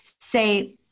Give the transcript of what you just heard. say